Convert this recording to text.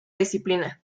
disciplina